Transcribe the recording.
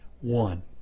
one